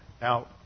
Now